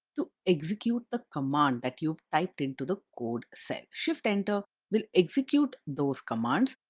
to execute the command that you've typed into the code cell. shift enter will execute those commands,